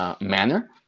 manner